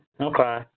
Okay